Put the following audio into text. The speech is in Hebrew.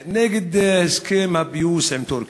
להסכם הפיוס עם טורקיה.